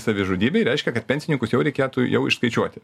savižudybei reiškia kad pensininkus jau reikėtų jau išskaičiuoti